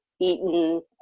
eaten